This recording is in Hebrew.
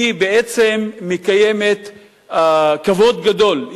היא בעצם מקיימת כבוד גדול,